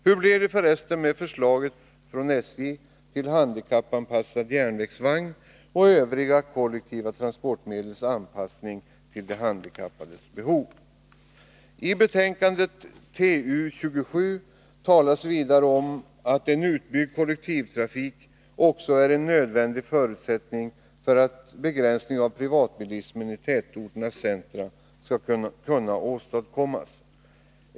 Hur blir det för resten med förslaget från SJ till handikappanpassad järnvägsvagn och övriga kollektiva transportmedels anpassning till de handikappades behov? I trafikutskottets betänkande nr 27 talas vidare om att en utbyggd kollektivtrafik också är en nödvändig förutsättning för att begränsning av privatbilismen i tätorternas centra skall kunna åstadkommas.